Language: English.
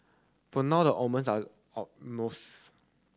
for now the omens are almost